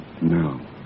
now